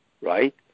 right